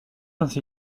ainsi